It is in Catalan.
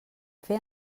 fer